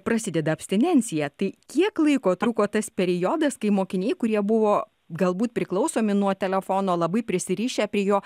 prasideda abstinencija tai kiek laiko truko tas periodas kai mokiniai kurie buvo galbūt priklausomi nuo telefono labai prisirišę prie jo